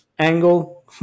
Angle